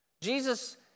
Jesus